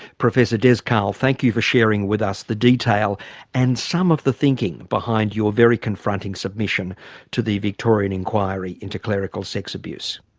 professor des cahill, thank you for sharing with us the detail and some of the thinking behind your very confronting submission to the victorian inquiry into clerical sex abuse.